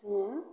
जोङो